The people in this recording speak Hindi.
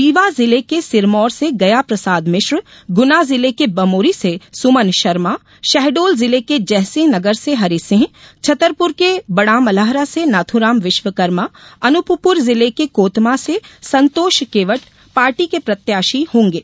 रीवा जिले के सिरमौर से गया प्रसाद मिश्र गुना जिले के बमोरी से सुमन शर्मा शहडोल जिले के जयसिंह नगर से हरिसिंह छतरपुर के बडामलहरा से नाथूराम विश्वकर्मा अनूपपुर जिले के कोतमा से संतोष केवट पार्टी के प्रत्याशी होंगे